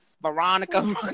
Veronica